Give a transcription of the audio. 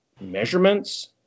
measurements